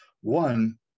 One